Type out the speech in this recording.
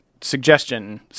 suggestion